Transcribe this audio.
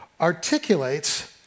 articulates